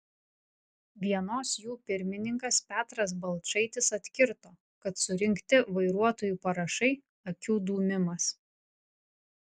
vienos jų pirmininkas petras balčaitis atkirto kad surinkti vairuotojų parašai akių dūmimas